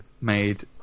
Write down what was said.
made